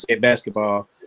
basketball